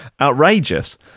Outrageous